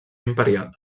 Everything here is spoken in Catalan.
imperial